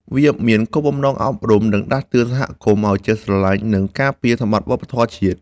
វាមានគោលបំណងអប់រំ និងដាស់តឿនសហគមន៍ឱ្យចេះស្រឡាញ់ និងការពារសម្បត្តិវប្បធម៌ជាតិ។